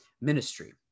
ministry